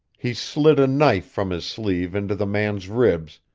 he slid a knife from his sleeve into the man's ribs,